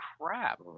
Crap